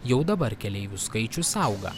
jau dabar keleivių skaičius auga